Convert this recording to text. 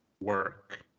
Work